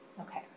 Okay